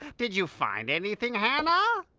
did you find anything hanah?